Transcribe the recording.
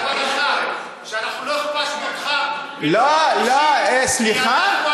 אתה טועה, אנחנו לא הכפשנו אותך, לא, סליחה,